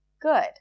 good